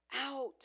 out